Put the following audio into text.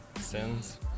Sins